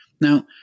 Now